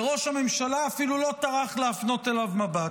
וראש הממשלה אפילו לא טרח להפנות אליו מבט.